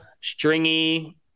stringy